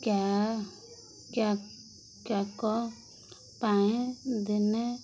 କ୍ୟା କ୍ୟା କ୍ୟାକ ପାଇଁ ଦିନେ